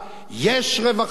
יש רווחה.